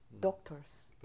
doctors